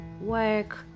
work